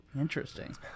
Interesting